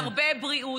והרבה בריאות,